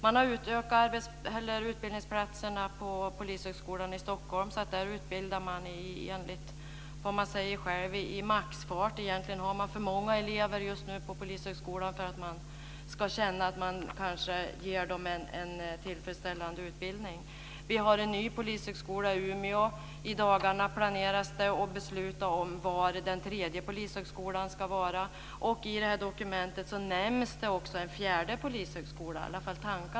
Man har ökat antalet utbildningsplatser på Polishögskolan i Stockholm så att man där utbildar i maxfart, enligt vad man själv säger. Egentligen har man just nu för många elever på Polishögskolan för att man ska känna att man ger dem en tillfredsställande utbildning. Vi har en ny polishögskola i Umeå. I dagarna planeras det att besluta om var den tredje polishögskolan ska vara. I detta dokument nämns också en fjärde polishögskola.